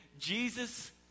Jesus